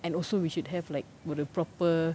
and also we should have like ஒரு:oru proper